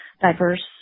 diverse